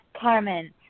Carmen